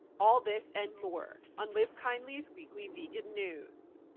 all this and more on livekindly's weekly vegan news.